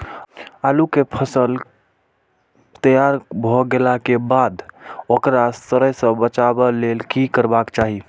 आलू केय फसल तैयार भ गेला के बाद ओकरा सड़य सं बचावय लेल की करबाक चाहि?